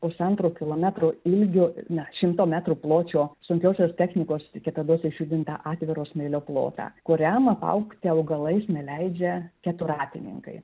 pusantro kilometro ilgio ne šimto metrų pločio sunkiosios technikos kitados išjudintą atviro smėlio plotą kuriam apaugti augalais neleidžia keturratininkai